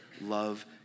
love